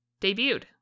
debuted